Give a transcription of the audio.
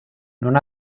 non